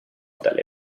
dalle